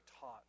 taught